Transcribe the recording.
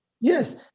Yes